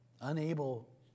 unable